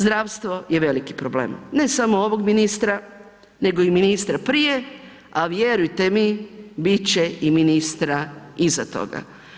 Zdravstvo je veliki problem, ne samo ovog ministara nego i ministra prije a vjerujete mi biti će i ministra iza toga.